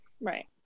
Right